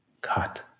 cut